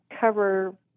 cover